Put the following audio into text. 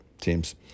teams